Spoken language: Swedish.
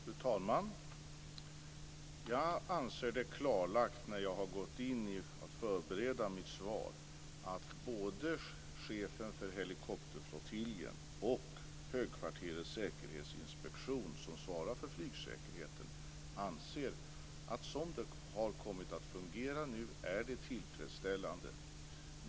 Fru talman! Jag anser det klarlagt, när jag har gått in för att förbereda mitt svar, att både chefen för helikopterflottiljen och högkvarterets säkerhetsinspektion, som svarar för flygsäkerheten, anser att det är tillfredsställande som det har kommit att fungera nu.